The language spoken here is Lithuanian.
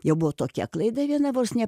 jau buvo tokia klaida viena vors ne